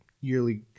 yearly